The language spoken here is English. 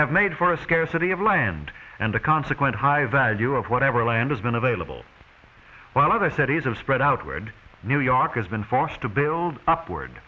have made for a scarcity of land and the consequent high value of whatever land has been available while other cities of spread outward new york has been forced to build upward